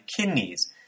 kidneys